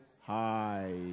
hi